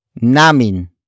Namin